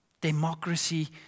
Democracy